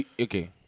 okay